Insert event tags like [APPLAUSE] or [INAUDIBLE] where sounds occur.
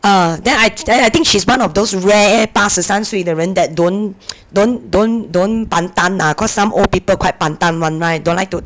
uh then I th~ I think she's one of those rare 八十三岁的人 that don't [NOISE] don't don't don't pantang ah cause some old people quite pantang [one] [right] don't like to